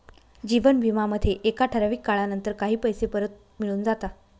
जीवन विमा मध्ये एका ठराविक काळानंतर काही पैसे परत मिळून जाता